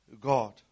God